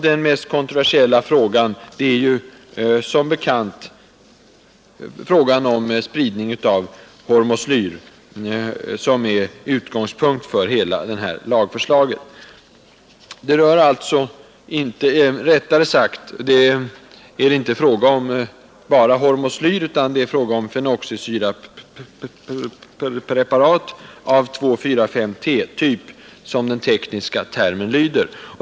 Den mest kontroversiella frågan gäller som bekant spridning av hormoslyr, som är utgångspunkt för hela det här lagförslaget. Det är inte bara fråga om hormoslyr utan om fenoxisyrapreparat av 2,4,5-T-typ, som den tekniska termen lyder.